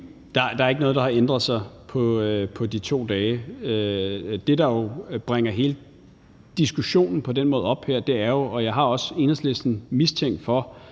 Der er ikke noget, der har ændret sig på de 2 dage. Det, der bringer hele diskussionen op her på den måde, er jo – og jeg har også Enhedslisten mistænkt for